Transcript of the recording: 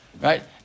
Right